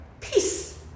peace